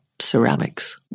ceramics